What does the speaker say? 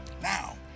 Now